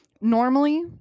normally